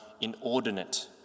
inordinate